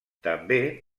també